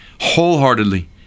wholeheartedly